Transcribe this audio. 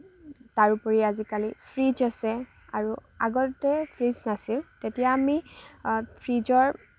তাৰোপৰি আজিকালি ফ্ৰিজ আছে আৰু আগতে ফ্ৰিজ নাছিল তেতিয়া আমি ফ্ৰিজৰ